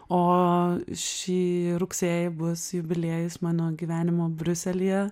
o šį rugsėjį bus jubiliejus mano gyvenimo briuselyje